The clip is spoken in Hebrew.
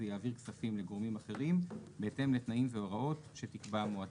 יעביר כספים לגורמים אחרים בהתאם לתנאים ולהוראות שתקבע המועצה.